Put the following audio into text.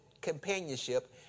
companionship